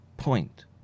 point